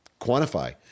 quantify